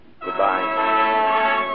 Goodbye